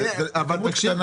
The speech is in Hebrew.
זה כמות קטנה.